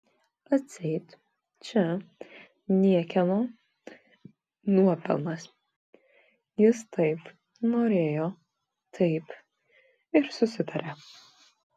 atseit čia niekieno nuopelnas jis taip norėjo taip ir susitarė